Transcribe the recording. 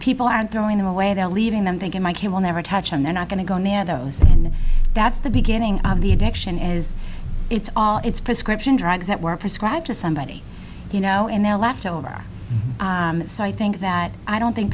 people aren't throwing them away they're leaving them thinking my kid will never touch and they're not going to go near those and that's the beginning of the addiction is it's all it's prescription drugs that were prescribed to somebody you know in their leftover and so i think that i don't think